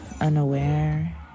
unaware